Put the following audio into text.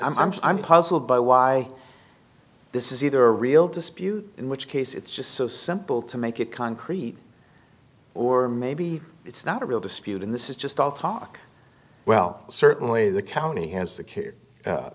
n i'm puzzled by why this is either a real dispute in which case it's just so simple to make it concrete or maybe it's not a real dispute in this is just all talk well certainly the county has the kid